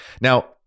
now